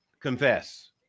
confess